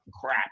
crap